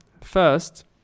First